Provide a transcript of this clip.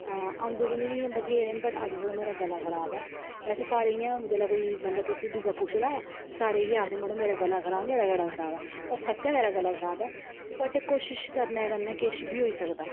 आं औंदे ते मी इ'यां बथ्हेरे न पर वट् अज्ज मेरा थोह्ड़ा गला खराब ऐ वैसे सारे इ'यां जेल्लै कोई बंदा तुसें ई पुच्छदा ते सारे इ'यै आखदे मड़ो मेरा गला खराब ऐ मेरा गला खराब ऐ पर सच्चें मेरा गला खराब ऐ वट् कोशिश करने कन्नै किश बी होई सकदा